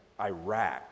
Iraq